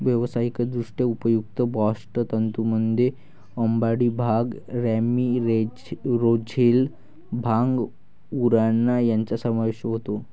व्यावसायिकदृष्ट्या उपयुक्त बास्ट तंतूंमध्ये अंबाडी, भांग, रॅमी, रोझेल, भांग, उराणा यांचा समावेश होतो